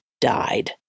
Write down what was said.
died